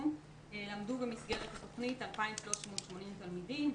למדו במסגרת התוכנית 2,380 תלמידים,